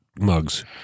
mugs